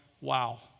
wow